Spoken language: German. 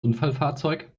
unfallfahrzeug